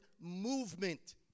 movement